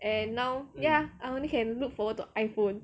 and now ya I only can look forward to iphone